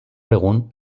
egun